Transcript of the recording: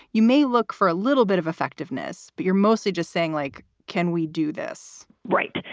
you may look for a little bit of effectiveness, but you're mostly just saying, like, can we do this? right.